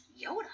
Yoda